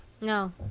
No